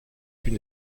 une